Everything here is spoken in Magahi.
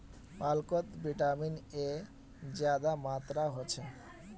पालकोत विटामिन ए ज्यादा मात्रात होछे